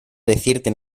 decirte